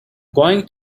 going